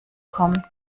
kommen